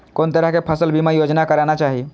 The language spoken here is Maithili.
कोन तरह के फसल बीमा योजना कराना चाही?